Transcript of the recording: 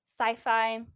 Sci-fi